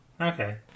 Okay